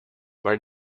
were